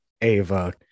Ava